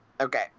Okay